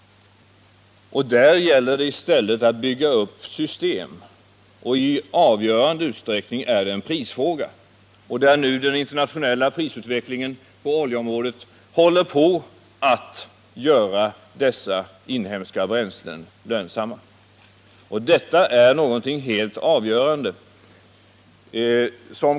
Där gäller det i stället att bygga upp system. I avgörande utsträckning är det en prisfråga, där nu den internationella prisutvecklingen på oljeområdet håller på att göra dessa inhemska bränslen lönsamma. Detta är det helt avgörande.